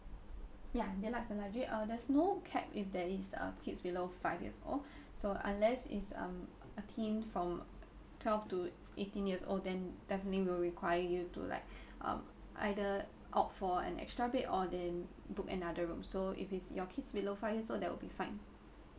deluxe and luxury uh there's no cap if there is uh kids below five years old so unless it's um a teen from uh twelve to eighteen years old then definitely we'll require you to like um either opt for an extra bed or then book another room so if it's your kid's below five years old that would be fine